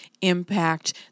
impact